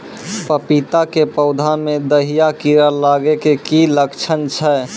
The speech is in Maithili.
पपीता के पौधा मे दहिया कीड़ा लागे के की लक्छण छै?